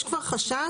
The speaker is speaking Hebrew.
יש כבר חשש,